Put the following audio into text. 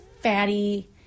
fatty –